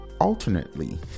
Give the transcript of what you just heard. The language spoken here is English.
alternately